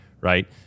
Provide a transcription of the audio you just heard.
right